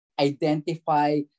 identify